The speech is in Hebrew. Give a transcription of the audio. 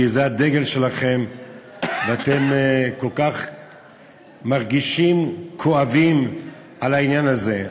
כי זה הדגל שלכם ואתם כל כך מרגישים כואבים על העניין הזה.